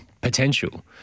potential